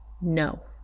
no